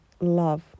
love